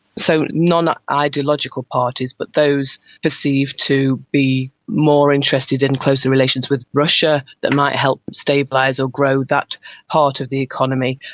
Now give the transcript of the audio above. so non-ideological parties, but those perceived to be more interested in closer relations with russia that might help stabilise or grow that part of the economy,